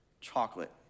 chocolate